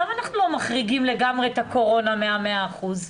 למה אנחנו לא מחריגים לגמרי את הקורונה מה-100%?